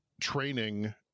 training